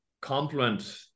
compliment